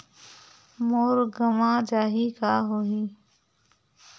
मोर गंवा जाहि का होही?